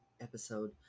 episode